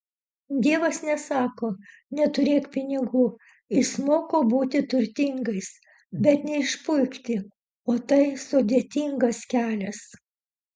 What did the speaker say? dievas nesako neturėk pinigų jis moko būti turtingais bet neišpuikti o tai sudėtingas kelias